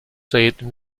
said